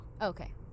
Okay